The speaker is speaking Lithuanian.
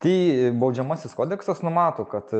tai baudžiamasis kodeksas numato kad